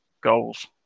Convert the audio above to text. goals